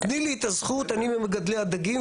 תני לי את הזכות, אני ממגדלי הדגים.